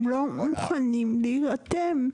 הם לא מוכנים להירתם.